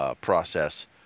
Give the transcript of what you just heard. process